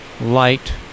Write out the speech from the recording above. light